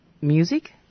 music